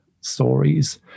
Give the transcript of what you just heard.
stories